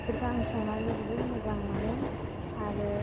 बेफोरखौ आं संनानै जोबोद मोजां मोनो आरो